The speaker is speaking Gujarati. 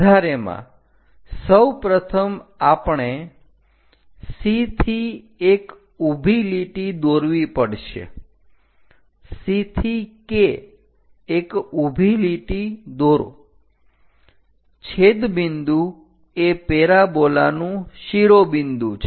વધારેમાં સૌપ્રથમ આપણે C થી એક ઊભી લીટી દોરવી પડશે C થી K એક ઊભી લીટી દોરો છેદબિંદુ એ પેરાબોલાનું શિરોબિંદુ છે